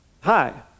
Hi